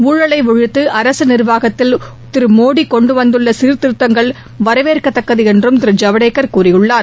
ஊழலை ஒழித்து அரசு நிர்வாகத்தில் திரு மோடி கொண்டுவந்துள்ள சீர்திருத்தங்கள் வரவேற்கத்தக்கது என்றும் திரு ஜவடேகர் கூறிள்ளார்